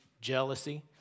jealousy